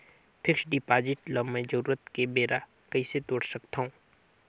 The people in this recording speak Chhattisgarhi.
फिक्स्ड डिपॉजिट ल मैं जरूरत के बेरा कइसे तोड़ सकथव?